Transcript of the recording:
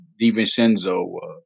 Divincenzo